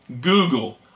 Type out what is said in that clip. Google